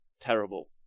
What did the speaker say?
Terrible